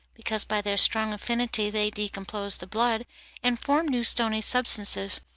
because by their strong affinity they decompose the blood and form new stony substances,